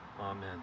Amen